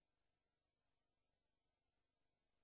שמגִנים על אותם האזרחים שבוחרים בהם להיות כאן בכנסת.